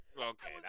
Okay